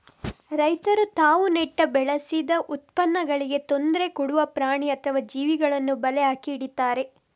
ರೈತರು ತಾವು ನೆಟ್ಟು ಬೆಳೆಸಿದ ಉತ್ಪನ್ನಗಳಿಗೆ ತೊಂದ್ರೆ ಕೊಡುವ ಪ್ರಾಣಿ ಅಥವಾ ಜೀವಿಗಳನ್ನ ಬಲೆ ಹಾಕಿ ಹಿಡೀತಾರೆ